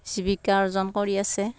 জীৱিকা অৰ্জন কৰি আছে